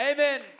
Amen